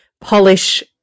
polish